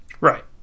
right